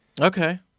Okay